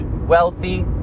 wealthy